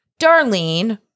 Darlene